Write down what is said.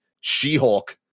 She-Hulk